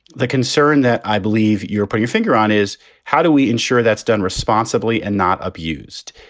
the concern that i believe you're put your finger on is how do we ensure that's done responsibly and not abused?